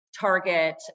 Target